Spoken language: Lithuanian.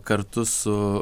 kartu su